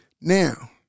Now